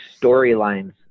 storylines